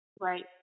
Right